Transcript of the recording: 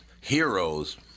heroes